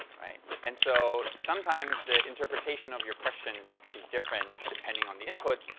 and so, sometimes the interpretation of your question is actually different depending on the input.